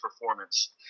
performance